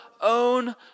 own